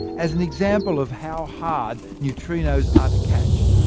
as an example of how hard neutrinos are to catch,